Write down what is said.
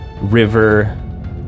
River